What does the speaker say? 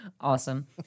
Awesome